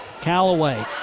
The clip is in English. Callaway